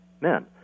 men